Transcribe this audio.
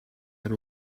that